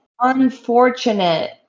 unfortunate